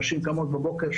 נשים קמות בבוקר,